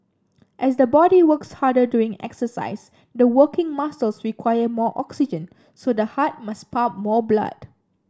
as the body works harder during exercise the working muscles require more oxygen so the heart must pump more blood